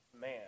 Man